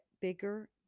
bigger